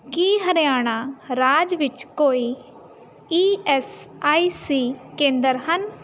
ਕੀ ਹਰਿਆਣਾ ਰਾਜ ਵਿੱਚ ਕੋਈ ਈ ਐੱਸ ਆਈ ਸੀ ਕੇਂਦਰ ਹਨ